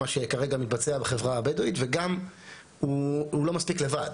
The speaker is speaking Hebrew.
מה שכרגע מתבצע בחברה הבדואית וגם הוא לא מספיק לבד.